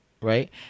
right